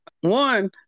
one